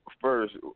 first